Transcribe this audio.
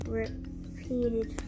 repeated